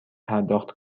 پرداخت